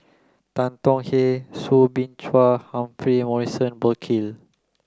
Tan Tong Hye Soo Bin Chua Humphrey Morrison Burkill